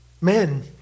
Men